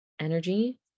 energy